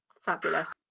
Fabulous